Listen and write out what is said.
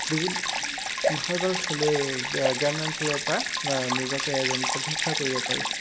বিভি ভাল ভাল খেলুৱৈয়ে গ্ৰাম্য অঞ্চলৰ পৰা নিজকে যেন প্ৰতিষ্ঠা কৰিব পাৰিছে